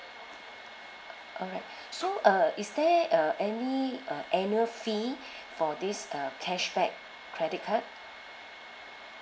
alright so uh is there uh any uh annual fee for this uh cashback credit card